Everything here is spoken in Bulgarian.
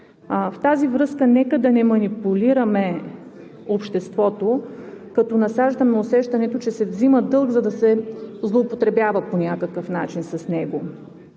В тази връзка нека да не манипулираме обществото като насаждаме усещането, че се взима дълг, за да се злоупотребява по някакъв начин с него.